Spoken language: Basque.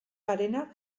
garena